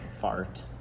fart